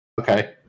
Okay